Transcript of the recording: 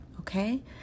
Okay